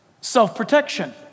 self-protection